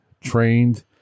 trained